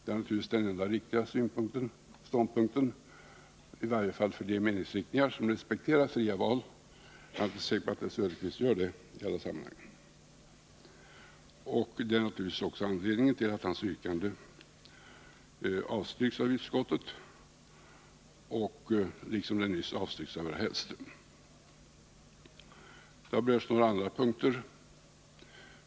Det är naturligtvis den enda riktiga ståndpunkten, i varje fall för de meningsriktningar som respekterar fria val — jag är inte säker på att herr Söderqvist gör det i alla sammanhang. Och detta är naturligtvis också anledningen till att yrkandet avstyrks av utskottet, liksom det nyss har avstyrkts av herr Hellström. Några andra punkter har berörts.